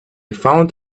found